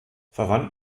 verwandt